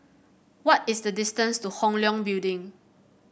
what is the distance to Hong Leong Building